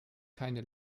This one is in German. keine